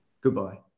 Goodbye